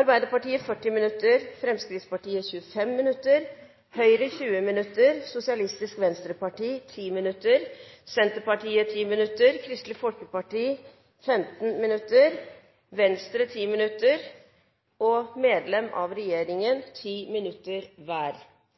Arbeiderpartiet 40 minutter, Fremskrittspartiet 25 minutter, Høyre 20 minutter, Sosialistisk Venstreparti 10 minutter, Senterpartiet 10 minutter, Kristelig Folkeparti 15 minutter, Venstre 10 minutter og medlemmer av regjeringen 10 minutter hver.